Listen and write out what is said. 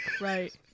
Right